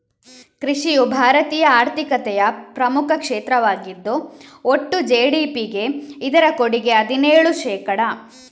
ಕೃಷಿಯು ಭಾರತೀಯ ಆರ್ಥಿಕತೆಯ ಪ್ರಮುಖ ಕ್ಷೇತ್ರವಾಗಿದ್ದು ಒಟ್ಟು ಜಿ.ಡಿ.ಪಿಗೆ ಇದರ ಕೊಡುಗೆ ಹದಿನೇಳು ಶೇಕಡಾ